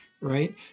Right